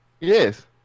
Yes